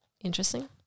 interesting